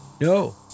no